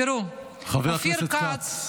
תראו -- חבר הכנסת כץ.